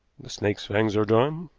the snake's fangs are drawn,